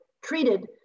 treated